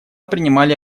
принимали